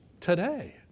today